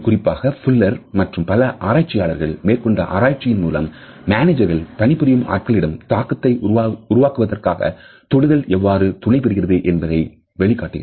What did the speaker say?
இது குறிப்பாக புல்லர் மற்றும் பல ஆராய்ச்சியாளர்கள் மேற்கொண்ட ஆராய்ச்சியின் மூலம் மேனேஜர்கள் பணிபுரியும் ஆட்களிடம் தாக்கத்தை உருவாக்குவதற்காக தொடுதல் எவ்வாறு துணைபுரிகிறது என்பதை வெளிப்படுகிறது சுதா